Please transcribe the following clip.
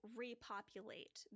repopulate